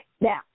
Now